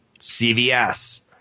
CVS